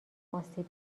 آسیب